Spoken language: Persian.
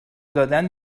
دادن